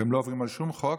הם לא עוברים על שום חוק,